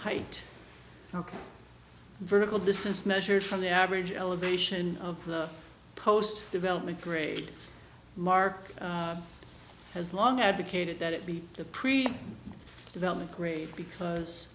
height ok vertical distance measured from the average elevation of the post development grade mark has long advocated that it be a pre development grade because